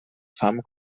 fam